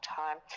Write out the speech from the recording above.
time